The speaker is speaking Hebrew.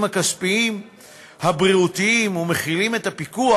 הכספיים והבריאותיים ומחילים את הפיקוח,